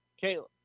Caleb